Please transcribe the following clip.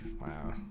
wow